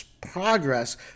progress